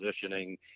positioning